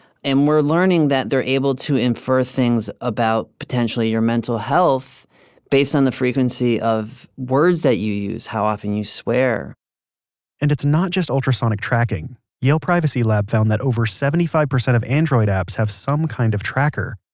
and we're learning that they're able to infer things about potentially your mental health based on the frequency of words you use, how often you swear and it's not just ultrasonic tracking. yale privacy lab found that over seventy five percent of android apps have some kind of tracker.